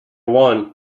one